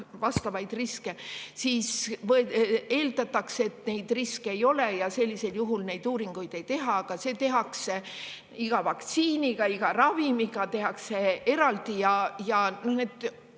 vastavaid riske, siis eeldatakse, et neid riske ei ole, ja sellisel juhul neid uuringuid ei tehta. Aga see [otsus] tehakse iga vaktsiini, iga ravimi puhul eraldi ja neid